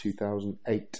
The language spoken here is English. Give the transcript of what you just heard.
2008